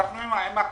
אנחנו עם הקורונה.